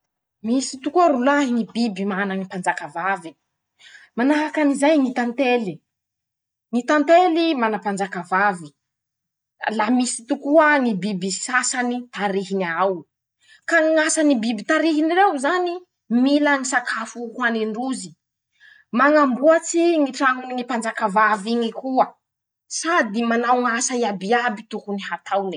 Misy tokoa rolahy ñy biby manany ñy mpanjaka vaviny: Manahaky anizay ñy tantely. ñy tantely mana mpanjaka vavy. la misy tokoa ñy biby sasany tarihiny ao. ka ñy asany biby tarihiny reo zany. mila ñy sakafo ho hanin-drozy, mañamboatsy ñy trañony ñy mpanjaka vavy iñy koa. sady manao ñ'asa iabiaby tokony hataone.